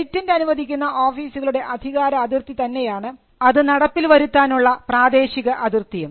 patent അനുവദിക്കുന്ന ഓഫീസുകളുടെ അധികാരാതിർത്തി തന്നെയാണ് അത് നടപ്പിൽ വരുത്താനുള്ള പ്രാദേശിക അതിർത്തിയും